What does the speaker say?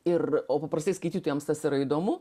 ir o paprastai skaitytojams tas yra įdomu